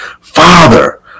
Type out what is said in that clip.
Father